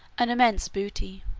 an immense booty,